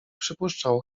przypuszczał